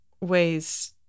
ways